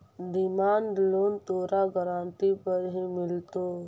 demand loan तोरा guarantee पर ही मिलतो